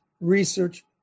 Research